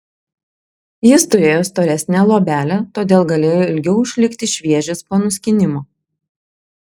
jis turėjo storesnę luobelę todėl galėjo ilgiau išlikti šviežias po nuskynimo